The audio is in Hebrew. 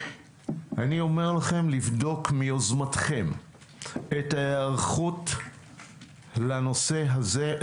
אני אומר לכם לבדוק מיוזמתכם את ההיערכות לנושא הזה,